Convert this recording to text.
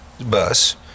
bus